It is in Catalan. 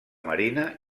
marina